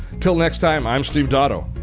till next time, i'm steve dotto.